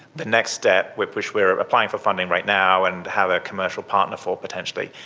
the next step, which which we are applying for funding right now and have a commercial partner for potentially,